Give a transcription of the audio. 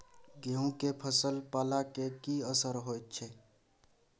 गेहूं के फसल पर पाला के की असर होयत छै?